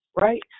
right